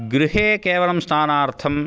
गृहे केवलं स्नानार्थम्